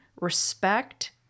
respect